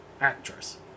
actress